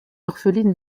orpheline